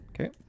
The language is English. Okay